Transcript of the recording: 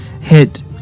hit